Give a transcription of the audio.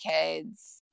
kids